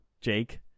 Jake